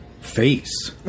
Face